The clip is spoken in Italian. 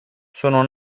sono